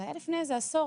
זה היה לפני עשור,